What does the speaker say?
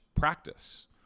practice